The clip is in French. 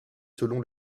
selon